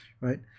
right